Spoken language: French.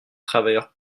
travailleurs